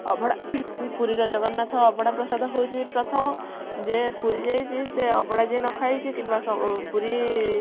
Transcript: ଅଭଡ଼ା ପୁରୀର ଜଗନ୍ନାଥ ଅବଢ଼ା ପ୍ରସାଦ ହେଉଛି ପ୍ରଥମ ଯେ ପୁରୀ ଯାଇଛି ସେ ଅବଢ଼ା ଯେ ନଖାଇଛି କିମ୍ବା ପୁରୀ